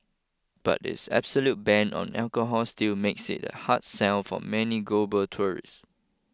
but its absolute ban on alcohol still makes it a hard sell for many global tourists